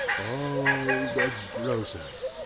oh, the grocers'!